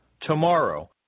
Tomorrow